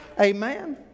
Amen